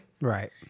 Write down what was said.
Right